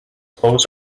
clothes